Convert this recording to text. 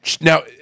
Now